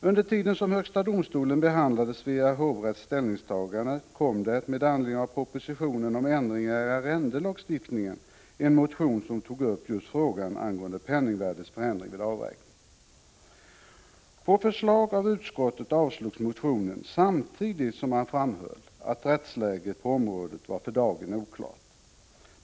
Under tiden som högsta domstolen behandlade Svea hovrätts ställningstagande kom det med anledning av propositionen om ändringar i arrendelagstiftningen en motion där frågan om penningvärdeförändringar vid avräkning togs upp. På förslag av utskottet avslogs motionen, samtidigt som man framhöll att rättsläget på området för dagen var oklart.